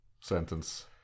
sentence